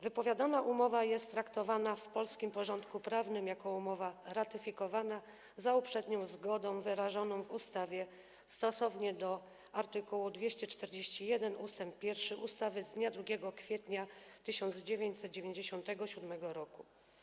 Wypowiadana umowa jest traktowana w polskim porządku prawnym jako umowa ratyfikowana za uprzednią zgodą wyrażoną w ustawie stosownie do art. 241 ust. 1 ustawy z dnia 2 kwietnia 1997 r.